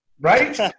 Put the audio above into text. Right